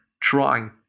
trying